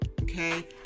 okay